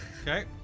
Okay